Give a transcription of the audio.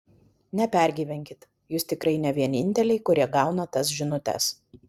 nepergyvenkit jūs tikrai ne vieninteliai kurie gauna tas žinutes